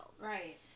Right